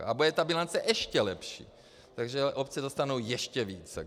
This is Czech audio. A bude ta bilance ještě lepší, takže obce dostanou ještě více.